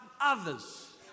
others